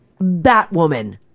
Batwoman